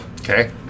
Okay